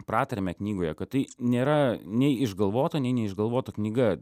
pratarmę knygoje kad tai nėra nei išgalvota nei neišgalvota knyga